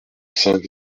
cinq